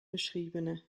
beschriebene